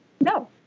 No